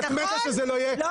את מתה שזה לא יהיה.